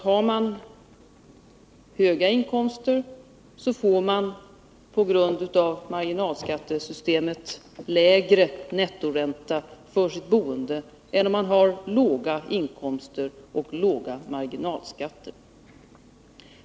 Har man höga inkomster får man på grund av marginalskattesystemet lägre nettoränta för sitt boende än om man har låga inkomster och låg marginalskatt.